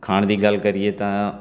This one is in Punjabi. ਖਾਣ ਦੀ ਗੱਲ ਕਰੀਏ ਤਾਂ